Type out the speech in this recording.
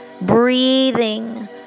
breathing